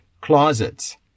closets